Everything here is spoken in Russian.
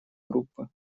группы